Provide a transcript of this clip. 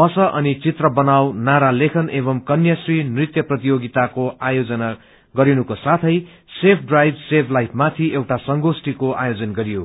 बस अनि चित्र बनाऊ नारा लेखन एवं कन्याश्री नृत्य प्रतियोगिताको आयोजन गरिनुका साथै सेफ ड्राइव सेभ लाइव माथि एउटा संगोष्टीको आयोजन गरियो